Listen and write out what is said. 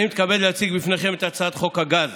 אני מתכבד להציג בפניכם את הצעת חוק הגז